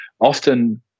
often